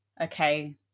okay